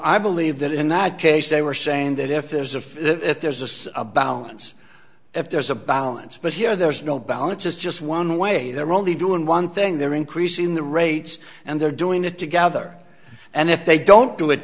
i believe that in that case they were saying that if there's a fit if there's a sense of balance if there's a balance but here there's no balance is just one way they're only doing one thing they're increasing the rates and they're doing it together and if they don't do it